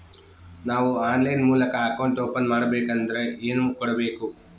ನಾವು ಆನ್ಲೈನ್ ಮೂಲಕ account open ಮಾಡಬೇಂಕದ್ರ ಏನು ಕೊಡಬೇಕು?